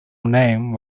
name